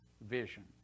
vision